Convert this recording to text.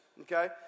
okay